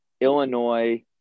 Illinois